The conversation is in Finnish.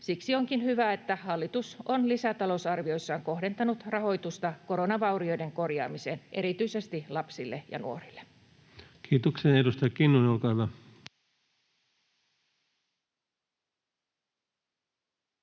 Siksi onkin hyvä, että hallitus on lisätalousarvioissaan kohdentanut rahoitusta koronavaurioiden korjaamiseen erityisesti lapsille ja nuorille. [Speech 133] Speaker: